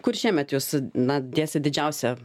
kur šiemet jūs na dėsit didžiausią